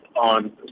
on